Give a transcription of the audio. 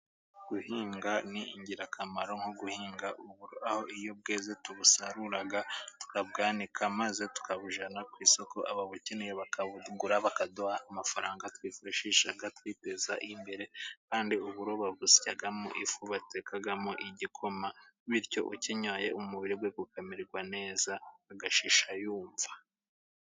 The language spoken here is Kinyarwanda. Guhinga ni ingirakamaro nko guhinga uburo, aho iyo bweze turabusarura, tukabwanika, maze tukabujyana ku isoko, ababukeneye bakabugura bakaduha amafaranga twifashisha twiteza imbere. Kandi uburo babusyamo ifu batekamo igikoma, bityo ukinyoye umubiri ukamererwa neza, agashisha yumva.